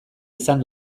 izan